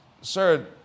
sir